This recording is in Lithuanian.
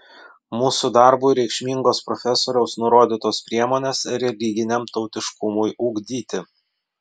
mūsų darbui reikšmingos profesoriaus nurodytos priemonės religiniam tautiškumui ugdyti